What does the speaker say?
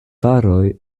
paroj